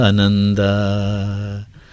Ananda